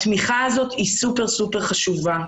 התמיכה הזאת היא סופר חשובה.